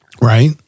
right